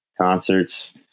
concerts